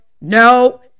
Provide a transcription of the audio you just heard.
no